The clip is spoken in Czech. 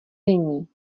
není